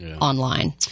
online